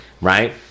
Right